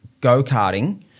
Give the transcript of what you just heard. go-karting